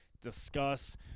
discuss